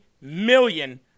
million